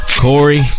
Corey